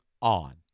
on